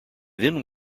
then